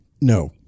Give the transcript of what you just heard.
No